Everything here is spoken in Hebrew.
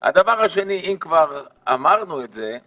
הדבר השני, אם כבר אמרנו את זה,